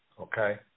Okay